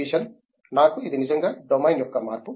జీషన్ నాకు ఇది నిజంగా డొమైన్ యొక్క మార్పు